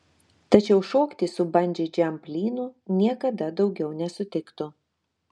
tačiau šokti su bandži džamp lynu niekada daugiau nesutiktų